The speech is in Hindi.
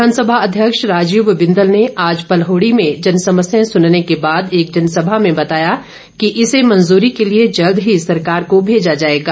विधानसभा अध्यक्ष राजीव बिंदल ने आज पलहोड़ी में जनसमस्याएं सुनने के बाद एक जनसभा में बताया कि इसे मंजूरी के लिए जल्द ही सरकार को भेजा जाएगा